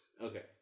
Okay